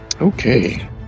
Okay